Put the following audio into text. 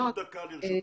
דוד לפלר,